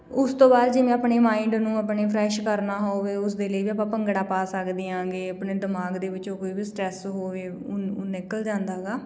ਉਸ ਤੋਂ ਬਾਅਦ ਜਿਵੇਂ ਆਪਣੇ ਮਾਇੰਡ ਨੂੰ ਆਪਣੇ ਫਰੈਸ਼ ਕਰਨਾ ਹੋਵੇ ਉਸ ਦੇ ਲਈ ਵੀ ਆਪਾਂ ਭੰਗੜਾ ਪਾ ਸਕਦੇ ਹਾਂਗੇ ਆਪਣੇ ਦਿਮਾਗ ਦੇ ਵਿੱਚੋਂ ਕੋਈ ਵੀ ਸਟਰੈਸ ਹੋਵੇ ਨਿਕਲ ਜਾਂਦਾ ਗਾ